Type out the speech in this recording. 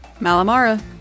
Malamara